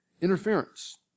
Interference